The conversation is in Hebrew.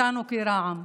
אותנו כרע"מ.